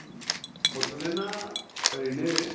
बड'लेण्डआ ओरैनो